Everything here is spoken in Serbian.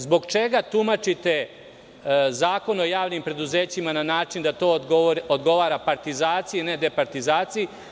Zbog čega tumačite Zakon o javnim preduzećima na način da to odgovara partizaciji, a ne departizaciji?